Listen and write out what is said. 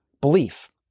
belief